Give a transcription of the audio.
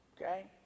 okay